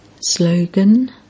Slogan